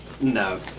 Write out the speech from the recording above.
No